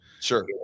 Sure